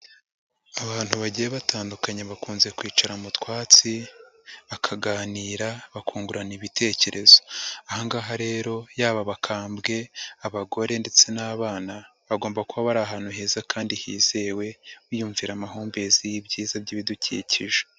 Abantu bagiye batandukanye bakunze kwicara mu twatsi bakaganira, bakungurana ibitekerezo. Aha ngaha rero yaba abakambwe, abagore ndetse n'abana bagomba kuba bari ahantu heza kandi hizewe biyumvira amahumbezi y'ibyiza by'ibidukikije.